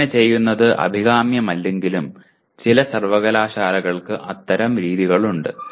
അങ്ങനെ ചെയ്യുന്നത് അഭികാമ്യമല്ലെങ്കിലും ചില സർവകലാശാലകൾക്ക് അത്തരം രീതികളുണ്ട്